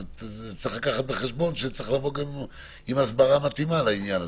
צריך לקחת בחשבון שצריכה לבוא גם הסברה מתאימה על העניין הזה,